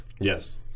Yes